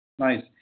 Nice